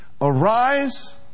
Arise